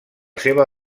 seva